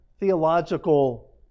Theological